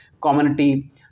community